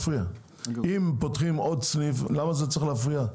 אם פותחים עוד סניף למה זה צריך להפריע?